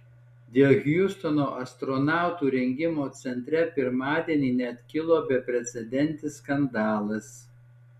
dėl to hjustono astronautų rengimo centre pirmadienį net kilo beprecedentis skandalas